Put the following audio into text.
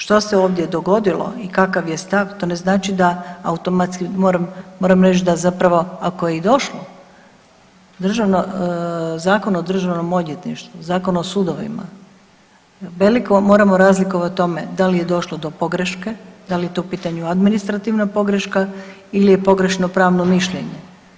Što se ovdje dogodilo i kakav je stav, to ne znači da automatski moram reći da zapravo, ako je i došlo, državno, Zakon o Državnom odvjetništvu, zakon o sudovima, veliko, moramo razlikovati tome da li je došlo do pogreške, da li je to u pitanju administrativna pogreška ili je pogrešno pravno mišljenje.